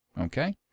okay